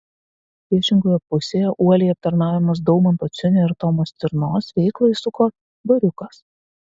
priešingoje pusėje uoliai aptarnaujamas daumanto ciunio ir tomo stirnos veiklą įsuko bariukas